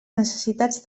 necessitats